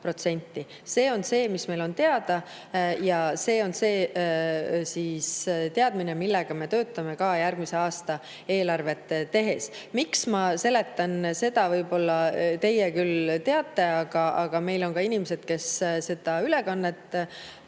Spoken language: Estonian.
See on see, mis meil on teada, see on teadmine, mille alusel me töötame ka järgmise aasta eelarvet tehes. Miks ma seletan seda? Võib-olla teie küll teate, aga meil on ka inimesed, kes seda ülekannet kuulavad,